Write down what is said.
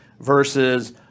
versus